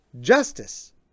justice